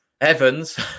Evans